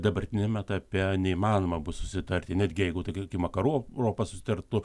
dabartiniam etape neįmanoma bus susitarti netgi jeigu tokie kaip vakarų europa susitartų